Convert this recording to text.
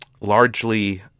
largely